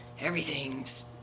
everything's